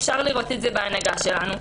אפשר לראות את זה בהנהגה שלנו.